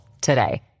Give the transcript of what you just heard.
today